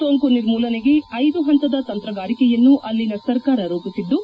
ಸೋಂಕು ನಿರ್ಮೂಲನೆಗೆ ನ್ ಹಂತದ ತಂತ್ರಗಾರಿಕೆಯನ್ನು ಅಲ್ಲಿನ ಸರ್ಕಾರ ರೂಪಿಸಿದ್ದು